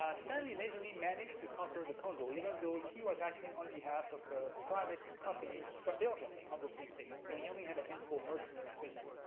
ah stanley amazingly managed to conquer the congo even though he was acting on behalf of a private company from belgium, the congo free state, so he only had a handful of mercenaries with him.